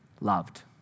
loved